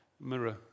mirror